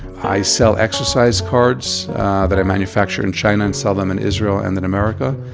i sell exercise cards that i manufacture in china and sell them in israel and in america.